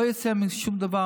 לא יצא מזה שום דבר,